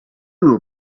were